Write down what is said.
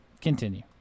continue